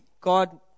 God